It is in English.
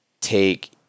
take